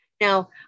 Now